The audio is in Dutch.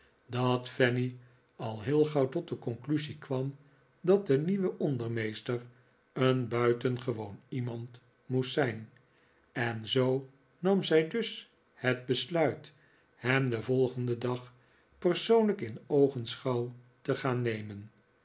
dat fanny al heel gauw tot de conclusie kwam dat de nieuwe ondermeester een buitengewoon iemand moest zijn en zoo nam zij dus het besluit hem den volgenden dag persoonlijk in oogenschouw te gaan nemen